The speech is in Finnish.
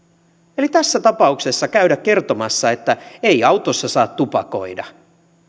eli tässä tapauksessa käydä kertomassa että ei autossa saa tupakoida